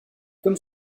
comme